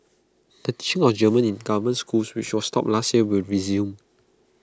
the teaching of German in government schools which was stopped last year will resume